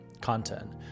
content